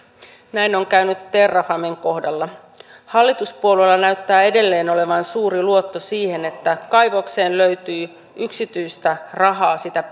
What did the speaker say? näin on käynyt terrafamen kohdalla hallituspuolueilla näyttää edelleen olevan suuri luotto siihen että kaivokseen löytyy yksityistä rahaa sitä